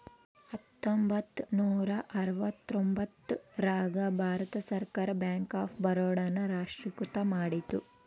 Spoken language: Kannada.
ಹತ್ತೊಂಬತ್ತ ನೂರ ಅರವತ್ತರ್ತೊಂಬತ್ತ್ ರಾಗ ಭಾರತ ಸರ್ಕಾರ ಬ್ಯಾಂಕ್ ಆಫ್ ಬರೋಡ ನ ರಾಷ್ಟ್ರೀಕೃತ ಮಾಡಿತು